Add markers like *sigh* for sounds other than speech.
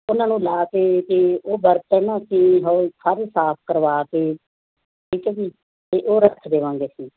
ਉਹਨਾਂ ਨੂੰ ਲਾ ਕੇ ਅਤੇ ਉਹ ਬਰਤਨ ਅਸੀਂ *unintelligible* ਸਾਰੇ ਸਾਫ਼ ਕਰਵਾ ਕੇ ਠੀਕ ਹੈ ਜੀ ਅਤੇ ਉਹ ਰੱਖ ਦੇਵਾਂਗੇ ਅਸੀਂ